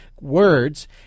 words